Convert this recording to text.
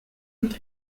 mille